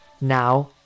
now